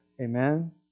Amen